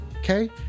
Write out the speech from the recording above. Okay